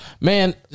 Man